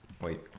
Wait